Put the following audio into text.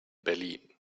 berlin